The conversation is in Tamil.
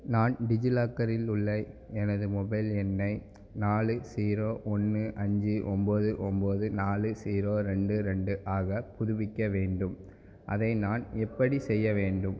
நான் டிஜிலாக்கரில் உள்ள எனது மொபைல் எண்ணை நாலு ஸீரோ ஒன்று அஞ்சு ஒன்போது ஒன்போது நாலு ஸீரோ ரெண்டு ரெண்டு ஆக புதுப்பிக்க வேண்டும் அதை நான் எப்படி செய்ய வேண்டும்